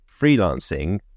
freelancing